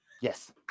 Yes